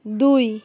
ଦୁଇ